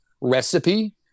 recipe